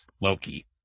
Loki